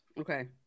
Okay